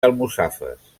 almussafes